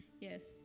Yes